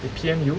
they P_M you